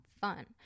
fun